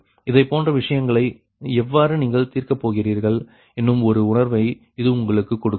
இதைப்போன்ற விஷயங்களை எவ்வாறு நீங்கள் தீர்க்கப்போகிறீர்கள் என்னும் ஒரு உணர்வை இது உங்களுக்கு கொடுக்கும்